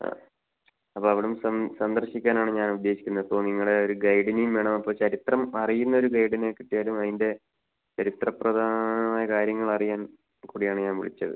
ആ അപ്പോൾ അവിടം സ സന്ദർശിക്കാനാണ് ഞാൻ ഉദ്ദേശിക്കുന്നത് അപ്പോൾ നിങ്ങളെ ഒരു ഗൈഡിനേയും വേണം അപ്പോൾ ചരിത്രം അറിയുന്ന ഒരു ഗൈഡിനെ കിട്ടിയാലും അതിൻ്റെ ചരിത്ര പ്രധാനമായ കാര്യങ്ങൾ അറിയാൻ കൂടി ആണ് ഞാൻ വിളിച്ചത്